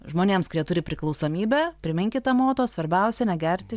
žmonėms kurie turi priklausomybę priminkite moto svarbiausia negerti